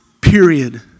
period